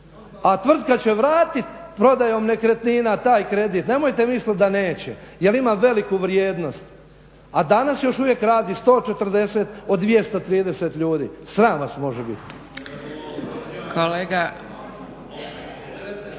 a tvrtka će vratiti prodajom nekretnina taj kredit, nemojte mislim da neće jer ima veliku vrijednost a danas još uvijek radi 140 od 230 ljudi. Sram vas može biti.